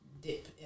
dip